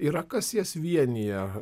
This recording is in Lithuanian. yra kas jas vienija